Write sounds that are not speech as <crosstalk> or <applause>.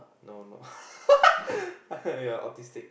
no no <laughs> you're autistic